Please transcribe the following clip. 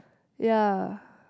ya